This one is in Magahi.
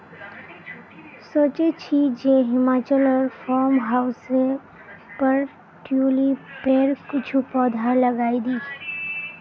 सोचे छि जे हिमाचलोर फार्म हाउसेर पर ट्यूलिपेर कुछू पौधा लगइ दी